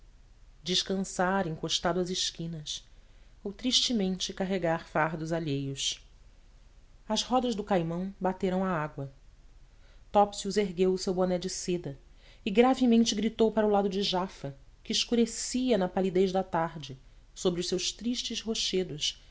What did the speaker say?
descansar encostado às esquinas ou tristemente carregar fardos alheios as rodas do caimão bateram a água topsius ergueu o seu boné de seda e gravemente gritou para o lado de jafa que escurecia na palidez da tarde sobre os seus tristes rochedos